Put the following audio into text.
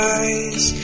eyes